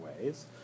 ways